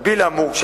במקביל לאמור,